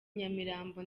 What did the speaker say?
nyamirambo